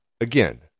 Again